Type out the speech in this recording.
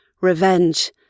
revenge